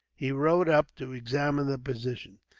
he rode up to examine the position.